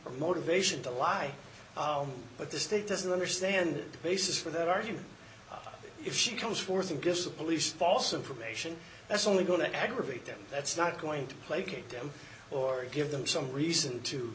or motivation to lie but the state doesn't understand the basis for that argument if she comes forth and gives the police false information that's only going to aggravate them that's not going to placate them or give them some reason to